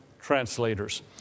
translators